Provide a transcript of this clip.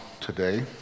today